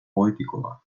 poetikoa